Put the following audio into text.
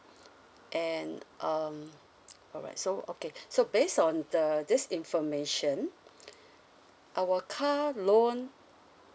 and um alright so okay so based on the this information our car loan